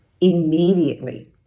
immediately